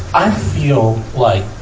i feel like,